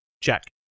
check